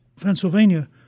Pennsylvania